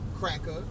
cracker